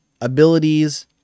abilities